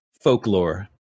Folklore